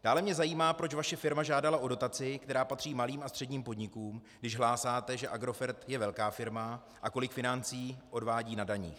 Dále mě zajímá, proč vaše firma žádala o dotaci, která patří malým a středním podnikům, když hlásáte, že Agrofert je velká firma a kolik financí odvádí na daních.